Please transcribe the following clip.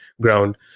ground